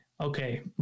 Okay